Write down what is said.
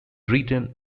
written